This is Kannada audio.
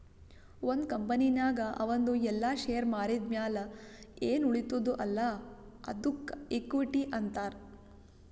ಒಂದ್ ಕಂಪನಿನಾಗ್ ಅವಂದು ಎಲ್ಲಾ ಶೇರ್ ಮಾರಿದ್ ಮ್ಯಾಲ ಎನ್ ಉಳಿತ್ತುದ್ ಅಲ್ಲಾ ಅದ್ದುಕ ಇಕ್ವಿಟಿ ಅಂತಾರ್